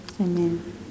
Amen